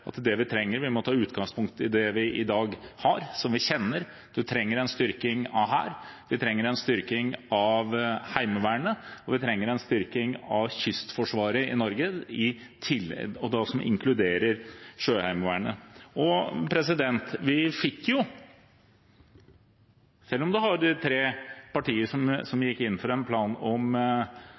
vi i dag har, og som vi kjenner: Vi trenger en styrking av hær, vi trenger en styrking av Heimevernet, og vi trenger en styrking av Kystforsvaret i Norge, som da inkluderer Sjøheimevernet. Selv om det var tre partier som gikk inn for langtidsplanen, er det jo ikke de tre partiene som lager budsjett. Budsjettavtalen er laget med Venstre, Kristelig Folkeparti og regjeringspartiene, med en